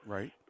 Right